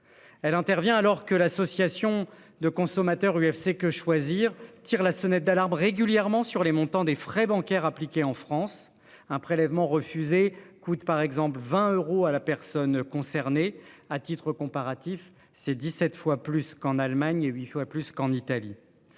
Elle intervient alors que l'association de consommateurs, UFC, que choisir tire la sonnette d'alarme régulièrement sur les montants des frais bancaires appliqués en France un prélèvement. Coûte par exemple 20 euros à la personne concernée à titre comparatif, c'est 17 fois plus qu'en Allemagne et 8 fois plus qu'en Italie.